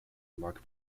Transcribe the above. mark